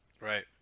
Right